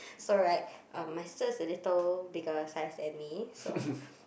so right um my sister is a little bigger size than me so